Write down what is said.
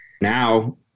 Now